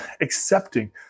accepting